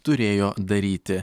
turėjo daryti